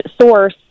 source